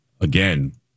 again